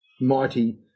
mighty